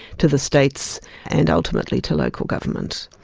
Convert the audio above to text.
to the states and ultimately to local government.